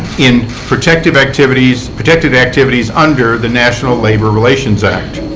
in protected activities protected activities under the national labor relations act.